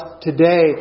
today